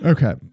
Okay